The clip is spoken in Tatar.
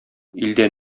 илдә